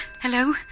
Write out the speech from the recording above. Hello